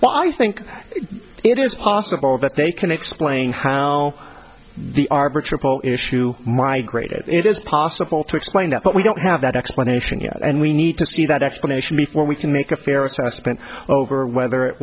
well i think it is possible that they can explain how the arbor triple issue migrated it is possible to explain that but we don't have that explanation yet and we need to see that explanation before we can make a fair assessment over whether it